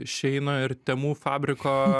šeino ir temu fabriko